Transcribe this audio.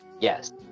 Yes